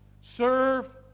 serve